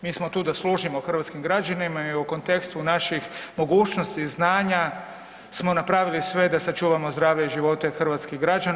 Mi smo tu da služimo hrvatskim građanima i u kontekstu naših mogućnosti i znanja smo napravili sve da sačuvamo zdravlje i živote hrvatskih građana.